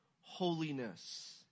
holiness